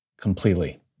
Completely